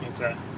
okay